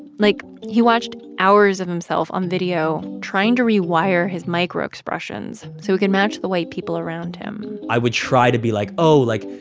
like, he watched hours of himself on video, trying to rewire his micro-expressions so he could match the white people around him c i would try to be, like, oh, like,